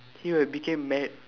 he will became mad